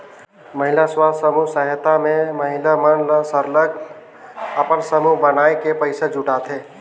महिला स्व सहायता समूह में महिला मन सरलग अपन समूह बनाए के पइसा जुटाथें